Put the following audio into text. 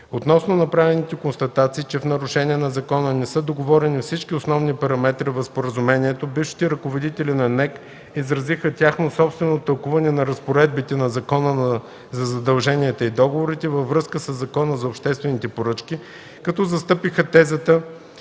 Относно направената констатация, че в нарушение на закона не са договорени всички основни параметри в споразумението, бившите ръководители на Националната електрическа компания изразиха тяхно собствено тълкуване на разпоредбите на Закона за задълженията и договорите във връзка със Закона за обществените поръчки, като застъпиха тезата,